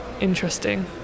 interesting